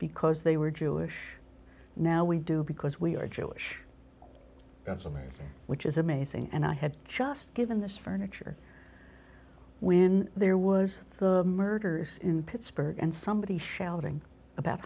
because they were jewish now we do because we are jewish resume which is amazing and i had just given this furniture when there was the murders in pittsburgh and somebody shouting about